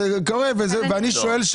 אני שואל,